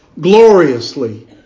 gloriously